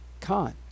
Con